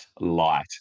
light